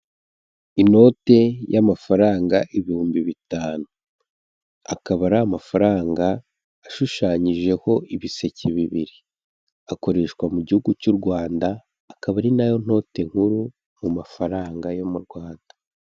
Inote y'amafaranga ibihumbi bitanu, akaba ari amafaranga ashushanyijeho ibiseke bibiri, akoreshwa mu Gihugu cy'u Rwanda, akaba ari na yo noti nkuru mu mafaranga yo mu Rwanda.